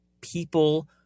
people